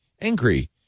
angry